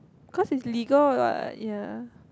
cause is legal what ya